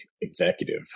executive